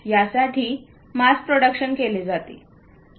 यासाठी mass production केले जाते